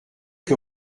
que